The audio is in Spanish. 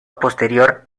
posterior